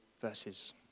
verses